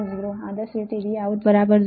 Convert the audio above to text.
0 આદર્શ રીતે Vout 0